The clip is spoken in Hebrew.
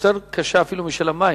יותר קשה אפילו משל המים.